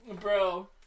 Bro